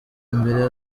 mbere